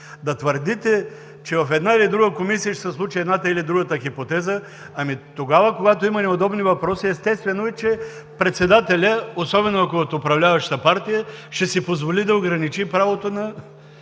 да твърдите, че в една или друга комисия ще се случи едната или другата хипотеза, тогава, когато има неудобни въпроси естествено е, че председателят, особено ако е от управляващата партия, ще си позволи да ограничи правото на